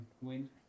win